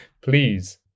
Please